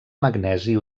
magnesi